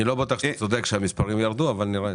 אני לא בטוח שאתה צודק, שהמספרים ירדו אבל נראה.